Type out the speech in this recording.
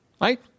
right